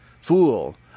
Fool